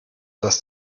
das